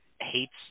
hates